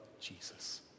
Jesus